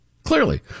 Clearly